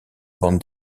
bande